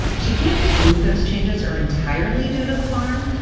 she can't prove those changes are entirely due to the farm,